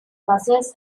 buses